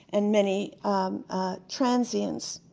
and many transients.